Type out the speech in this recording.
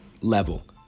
level